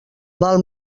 val